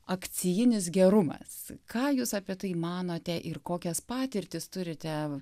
akcijinis gerumas ką jūs apie tai manote ir kokias patirtis turite